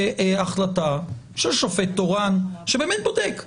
החלטה של שופט תורן שבאמת בודק למה,